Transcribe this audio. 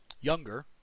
younger